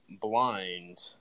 blind